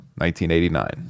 1989